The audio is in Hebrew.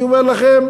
אני אומר לכם,